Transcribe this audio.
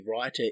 writer